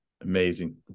Amazing